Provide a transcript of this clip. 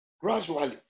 gradually